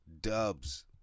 dubs